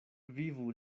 vivu